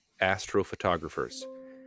astrophotographers